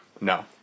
No